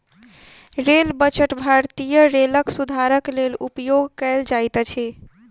rail budget भारतीय रेलक सुधारक लेल उपयोग कयल जाइत अछि